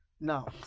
Now